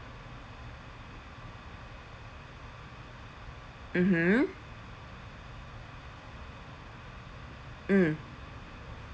mmhmm mm